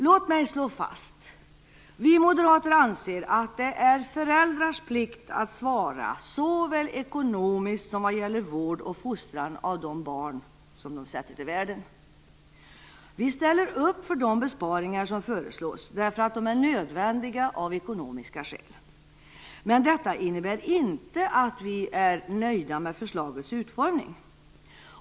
Låt mig slå fast: Vi moderater anser att det är föräldrars plikt att svara såväl ekonomiskt som vad gäller vård och fostran för de barn de sätter till världen. Vi ställer upp för de besparingar som föreslås, eftersom de är nödvändiga av ekonomiska skäl. Detta innebär dock inte att vi är nöjda med förslagets utformning.